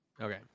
okay